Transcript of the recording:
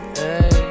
hey